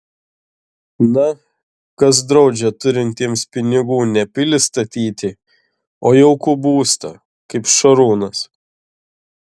na kas draudžia turintiems pinigų ne pilį statyti o jaukų būstą kaip šarūnas